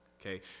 okay